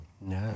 no